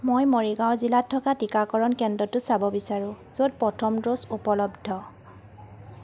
মই মৰিগাঁও জিলাত থকা টিকাকৰণ কেন্দ্ৰটো চাব বিচাৰোঁ য'ত প্ৰথম ড'জ উপলব্ধ